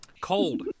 Cold